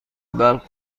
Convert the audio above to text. برق